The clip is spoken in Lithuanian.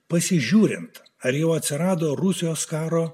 pasižiūrint ar jau atsirado rusijos karo